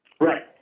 Right